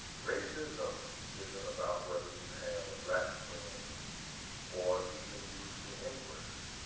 racism isn't about whether you have a black friend or even use the n-word,